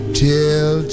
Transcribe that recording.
till